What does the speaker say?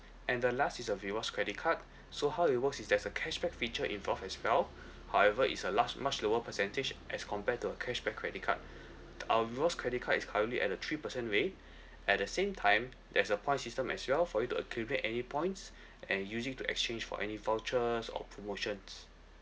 and the last is a rewards credit card so how it works is there's a cashback feature involved as well however is a large much lower percentage as compare to a cashback credit card our rewards credit card is currently at a three percent rate at the same time there's a point system as well for you to accumulate any points and usually to exchange for any vouchers or promotions